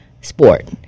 sport